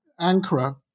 Ankara